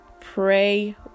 pray